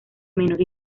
menor